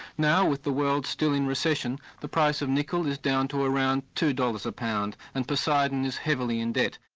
now with the world still in recession, the price of nickel is down to around two dollars a pound, and poseidon is heavily in debt.